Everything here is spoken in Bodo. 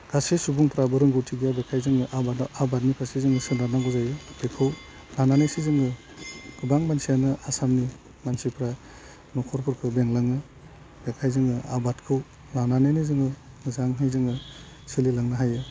गासै सुबुंफ्राबो रोंगौथि गैया बेखायनो जोङो आबादा आबादनि फारसे जोङो सोनारनांगौ जायो बेखौ लानानैसो जोङो गोबां मानसियानो आसामनि मानसिफ्रा न'खरफोरखौ बेंलाङो बेखाय जोङो आबादखौ लानानैनो जोङो मोजांहै जोङो सोलिलांनो हायो